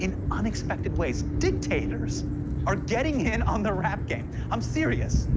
in unexpected ways. dictators are getting in on the rap game. i'm serious,